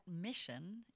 mission